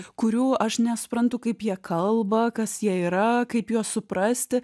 kurių aš nesuprantu kaip jie kalba kas jie yra kaip juos suprasti